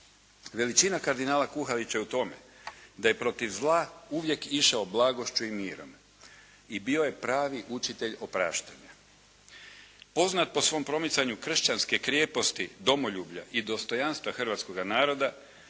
Veličina kardinala Kuharića je u tome da je protiv zla uvijek išao blagošću i mirom i bio je pravi učitelj opraštanja. Poznat po svom promicanju kršćanske krijeposti, domoljublja i dostojanstva hrvatskoga naroda,